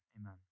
Amen